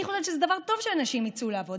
אני חושבת שזה דבר טוב שאנשים יצאו לעבוד,